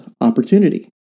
opportunity